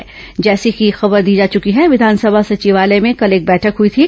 ैजैसी कि खबर दी जा चुकी है विधानसभा सचिवालय में कल एक बैठक हुई थी